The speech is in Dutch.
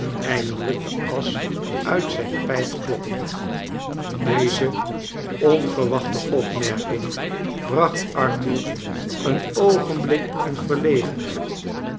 eindelijk de asch uit zijn pijp kloppende deze onverwachte opmerking bracht arthur een oogenblik in verlegenheid